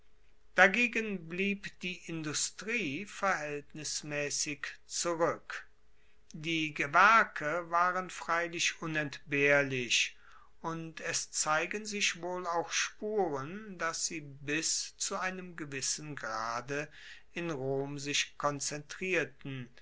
dagegen blieb die industrie verhaeltnismaessig zurueck die gewerke waren freilich unentbehrlich und es zeigen sich wohl auch spuren dass sie bis zu einem gewissen grade in rom sich konzentrierten